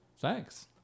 Thanks